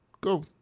go